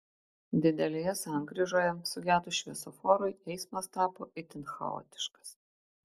didelėje sankryžoje sugedus šviesoforui eismas tapo itin chaotiškas